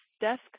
desk